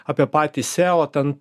apie patį seo ten